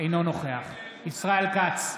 אינו נוכח ישראל כץ,